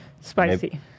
Spicy